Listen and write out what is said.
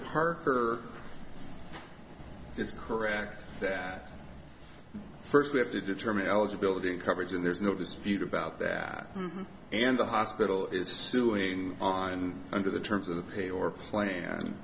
parker is correct that first we have to determine eligibility in coverage and there's no dispute about that and the hospital is suing on and under the terms of the pay or plan